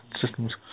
systems